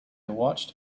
watched